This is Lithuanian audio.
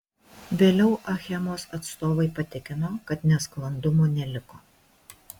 vėliau achemos atstovai patikino kad nesklandumų neliko